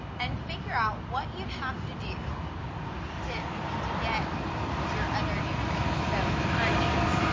and figure out what you'd have to do to to get your other numerator. so for example,